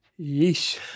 yeesh